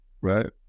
right